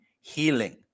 healing